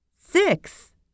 Six